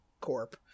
Corp